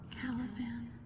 Caliban